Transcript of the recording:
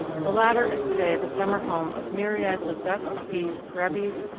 the latter is to-day the summer home of myriads of ducks, geese, grebes,